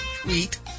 tweet